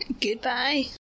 Goodbye